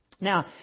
Now